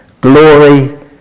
glory